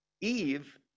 Eve